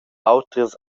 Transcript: autras